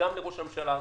וגם לראש הממשלה הזה.